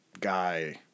guy